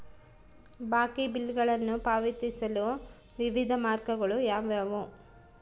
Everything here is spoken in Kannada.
ಬಾಕಿ ಬಿಲ್ಗಳನ್ನು ಪಾವತಿಸಲು ವಿವಿಧ ಮಾರ್ಗಗಳು ಯಾವುವು?